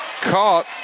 caught